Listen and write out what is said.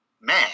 Man